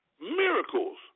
Miracles